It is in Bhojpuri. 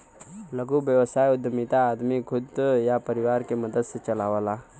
लघु व्यवसाय उद्यमिता आदमी खुद या परिवार के मदद से चलावला